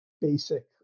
basic